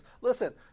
Listen